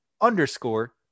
underscore